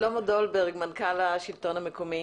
לשלמה דולברג, מנכ"ל השלטון המקומי,